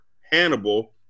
Hannibal